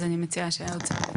אז אני מציעה שהאוצר.